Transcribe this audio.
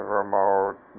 remote